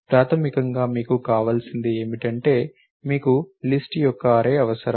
ప్రాథమికంగా మీకు కావలసినది ఏమిటంటే మీకు లిస్ట్ యొక్క అర్రే అవసరం